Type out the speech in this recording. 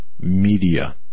media